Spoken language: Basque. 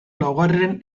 laugarren